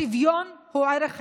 השוויון הוא ערך עליון,